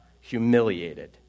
humiliated